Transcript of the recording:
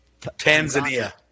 Tanzania